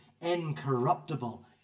incorruptible